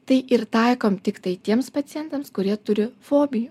tai ir taikom tiktai tiems pacientams kurie turi fobijų